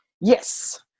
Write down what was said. Yes